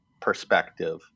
perspective